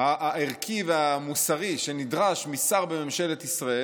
הערכי והמוסרי שנדרש משר בממשלת ישראל,